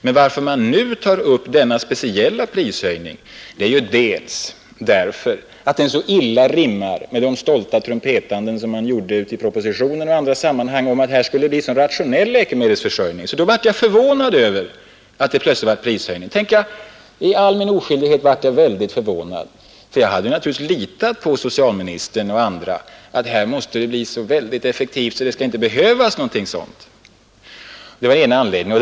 Men en anledning till att man nu tar upp denna speciella prishöjning är att den så illa rimmar med det stolta trumpetande som förekom i propositionen och i andra sammanhang om att läkemedelsförsörjningen skulle ordnas så rationellt i fortsättningen. Jag blev därför i all oskuld mycket förvånad över de plötsliga prishöjningarna, ty jag hade naturligtvis litat på socialministern och andra som hade sagt att verksamheten skulle bedrivas så effektivt att något sådant inte skulle behövas.